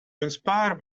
inspire